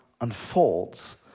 unfolds